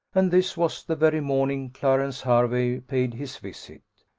and this was the very morning clarence hervey paid his visit.